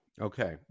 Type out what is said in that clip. Okay